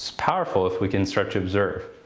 powerful if we can start to observe.